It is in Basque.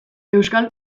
euskal